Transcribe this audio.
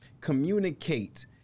communicate